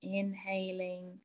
inhaling